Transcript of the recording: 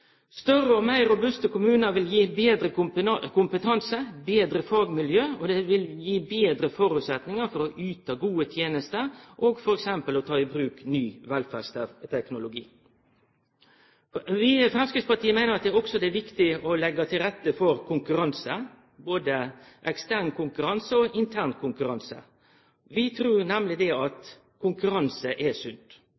Større og meir robuste kommunar vil gi betre kompetanse og betre fagmiljø, og det vil gi betre føresetnader for å yte gode tenester og f.eks. ta i bruk ny velferdsteknologi. Vi i Framstegspartiet meiner òg at det er viktig å leggje til rette for konkurranse, både ekstern konkurranse og intern konkurranse. Vi trur nemleg at konkurranse er sunt. Dei aller fleste er jo einige om at